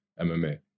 MMA